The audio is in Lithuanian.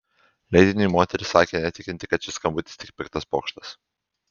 leidiniui moteris sakė netikinti kad šis skambutis tik piktas pokštas